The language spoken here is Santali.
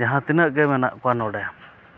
ᱡᱟᱦᱟᱸ ᱛᱤᱱᱟᱹᱜ ᱜᱮ ᱢᱮᱱᱟᱜ ᱠᱚᱣᱟ ᱱᱚᱰᱮ